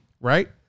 Right